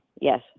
Yes